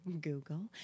Google